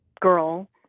girl